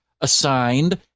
assigned